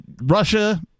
russia